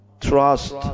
trust